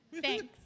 Thanks